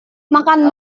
makan